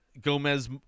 Gomez